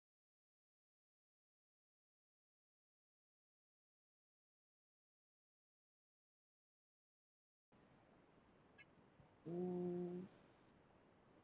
um